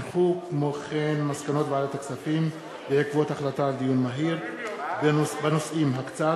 מסקנות ועדת הכספים בעקבות דיון מהיר בנושאים: הקצאת